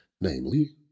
namely